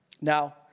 Now